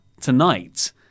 tonight